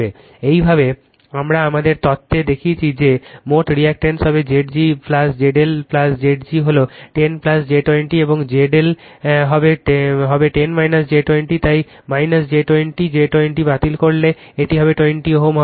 এভাবে আমরা আমাদের তত্ত্বে দেখেছি তাই মোট রিঅ্যাকটেন্স হবে Zg ZL Zg হল 10 j 20 এবং ZL হবে 10 j 20 তাই j 20 j 20 বাতিল করলে এটি 20 Ω হবে